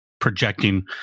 projecting